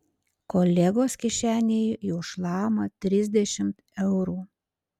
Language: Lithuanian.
kolegos kišenėje jau šlama trisdešimt eurų